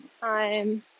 time